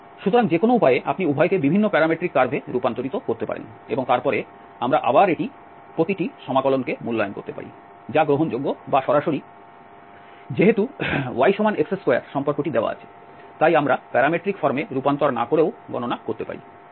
সুতরাং যেকোনো উপায়ে আপনি উভয়কে বিভিন্ন প্যারামেট্রিক কার্ভে রূপান্তর করতে পারেন এবং তারপরে আমরা আবার এই প্রতিটি সমাকলন কে মূল্যায়ন করতে পারি যা গ্রহণযোগ্য বা সরাসরি যেহেতু yx2 সম্পর্কটি দেওয়া আছে তাই আমরা প্যারামেট্রিক ফর্মে রূপান্তর না করেও গণনা করতে পারি